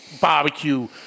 barbecue